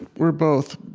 we're both